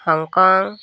Hong Kong